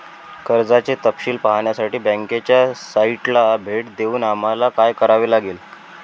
कर्जाचे तपशील पाहण्यासाठी बँकेच्या साइटला भेट देऊन आम्हाला काय करावे लागेल?